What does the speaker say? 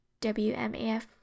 WMAF